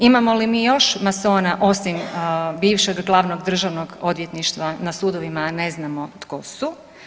Imamo li mi još masona osim bivšeg glavnog državnog odvjetništva na sudovima, a ne znamo tko su?